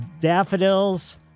daffodils